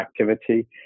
activity